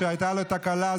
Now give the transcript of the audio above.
שהייתה לו תקלה,